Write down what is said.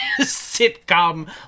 sitcom